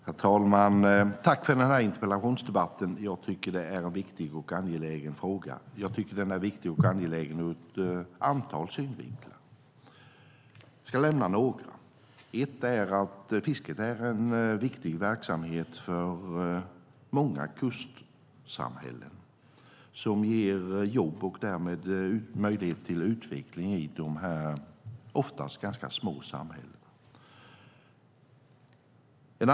Herr talman! Jag vill tacka för den här interpellationsdebatten. Jag tycker att den är viktig och angelägen ur ett antal synvinklar. Jag ska nämna några. En är att fisket är en viktig verksamhet för många kustsamhällen som ger jobb och därmed möjlighet till utveckling i de här oftast ganska små samhällena.